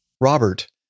Robert